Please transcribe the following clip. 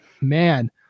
Man